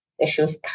issues